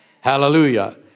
Hallelujah